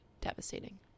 devastating